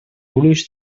gruix